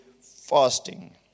fasting